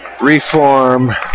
reform